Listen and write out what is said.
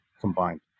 combined